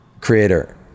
creator